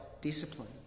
discipline